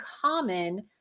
common